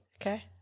Okay